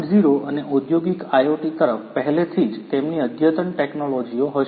૦ અને ઔદ્યોગિક IoT તરફ પહેલેથી જ તેમની અદ્યતન ટેકનોલોજીઓ હશે